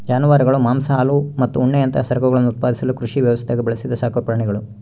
ಜಾನುವಾರುಗಳು ಮಾಂಸ ಹಾಲು ಮತ್ತು ಉಣ್ಣೆಯಂತಹ ಸರಕುಗಳನ್ನು ಉತ್ಪಾದಿಸಲು ಕೃಷಿ ವ್ಯವಸ್ಥ್ಯಾಗ ಬೆಳೆಸಿದ ಸಾಕುಪ್ರಾಣಿಗುಳು